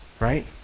Right